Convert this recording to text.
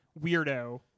weirdo